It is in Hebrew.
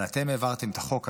אבל אתם העברתם את החוק הזה,